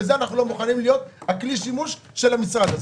ואנחנו לא מוכנים להיות כלי שימוש של המשרד הזה.